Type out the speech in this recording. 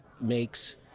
makes